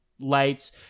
lights